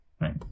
Right